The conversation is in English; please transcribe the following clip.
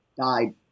died